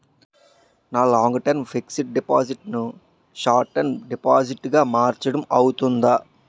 నా long term fixed deposit ను short term deposit గా మార్చటం అవ్తుందా?